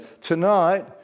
tonight